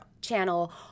channel